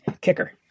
Kicker